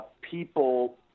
people